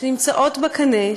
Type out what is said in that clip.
שנמצאות בקנה,